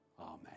Amen